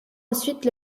ensuite